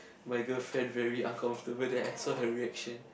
my girlfriend very uncomfortable that I saw her reaction